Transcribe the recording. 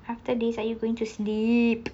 after this are you going to sleep